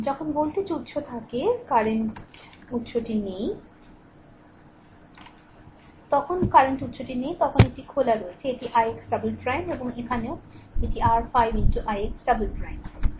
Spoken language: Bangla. যখন ভোল্টেজ উত্স থাকে কারেন্ট কারেন্ট উত্সটি নেই ততক্ষণ কারেন্ট উত্সটি নেই এটি তখন খোলা আছে এটি ix " এবং এখানেও এটি r 5 ix "